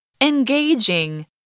Engaging